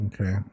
Okay